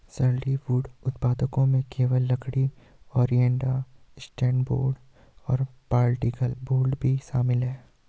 solid wood उत्पादों में केवल लकड़ी, ओरिएंटेड स्ट्रैंड बोर्ड और पार्टिकल बोर्ड भी शामिल है